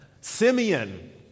Simeon